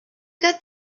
got